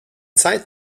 zeit